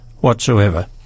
whatsoever